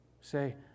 Say